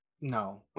no